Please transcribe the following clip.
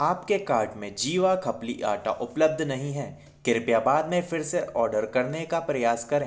आपके कार्ट में जीवा खप्ली आटा उपलब्ध नहीं है कृपया बाद में फ़िर से ऑर्डर करने का प्रयास करें